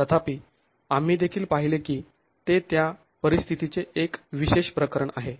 तथापि आम्ही देखील पाहिले की ते त्या परिस्थितीचे एक विशेष प्रकरण आहे